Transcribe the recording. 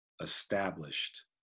established